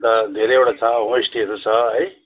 र धेरैवटा छ होमस्टेहरू छ है